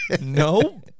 No